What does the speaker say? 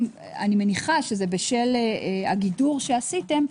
אני מניחה שבשל הגידור שעשיתם,